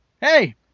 hey